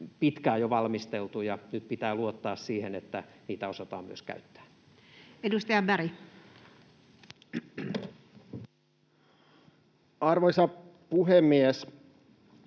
pitkään jo valmisteltu, ja nyt pitää luottaa siihen, että niitä osataan myös käyttää. [Speech 122] Speaker: